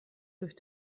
durch